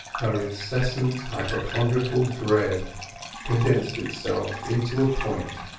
her incessant hypochondriacal dread condensed itself into a point,